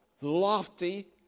lofty